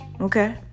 okay